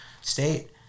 state